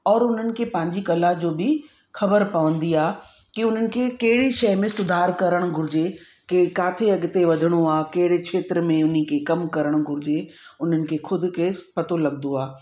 और उन्हनि खे पंहिंजी कला जो बि ख़बर पवंदी आहे कि उन्हनि खे कहिड़ी शइ में सुधार करणु घुरिजे के किथे अॻिते वधणो आहे कहिड़े क्षेत्र में उन खे कमु करणु घुरिजे उन्हनि खे ख़ुदि खे पतो लॻंदो आहे